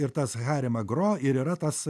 ir tas harema gro ir yra tas